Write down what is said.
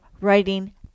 writing